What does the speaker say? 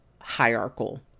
hierarchical